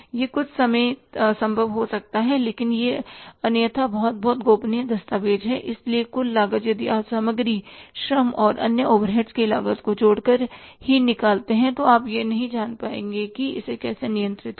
यह कुछ समय संभव हो सकता है लेकिन यह अन्यथा बहुत बहुत गोपनीय दस्तावेज़ है इसलिए कुल लागत यदि आप सामग्री श्रम और अन्य ओवरहेड्स की लागत को जोड़कर ही निकालते हैं तो आप यह नहीं जान पाएंगे कि कैसे इसे नियंत्रित करें